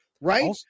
Right